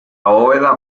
bóveda